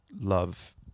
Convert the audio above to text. love